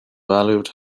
valued